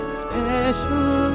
special